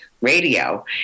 radio